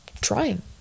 trying